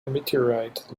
meteorite